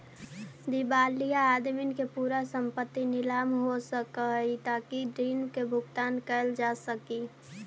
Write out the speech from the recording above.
दिवालिया आदमी के पूरा संपत्ति नीलाम हो सकऽ हई ताकि ऋण के भुगतान कैल जा सकई